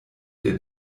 der